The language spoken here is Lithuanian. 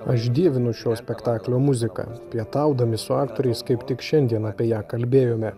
aš dievinu šio spektaklio muziką pietaudami su aktoriais kaip tik šiandien apie ją kalbėjome